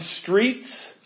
streets